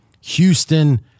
Houston